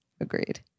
Agreed